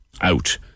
out